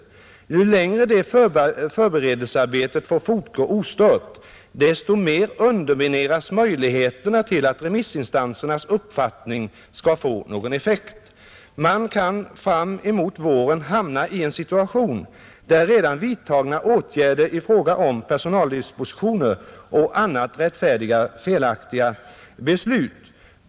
Ju längre det förberedelsearbetet får fortgå ostört, desto mer undermineras möjligheterna till att remissinstansernas uppfattningar skall få någon effekt. Man kan fram emot våren hamna i en situation, där redan vidtagna åtgärder i fråga om personaldispositioner och annat rättfärdigar felaktiga beslut.